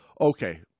okay